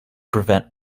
prevent